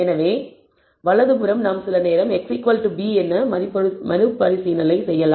எனவே வலது புறம் நாம் சில நேரம் x b என மறுபரிசீலனை செய்கிறோம்